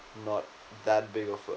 not that big of a